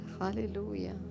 Hallelujah